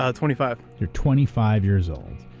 ah twenty five. you're twenty five years old.